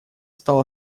стал